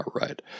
right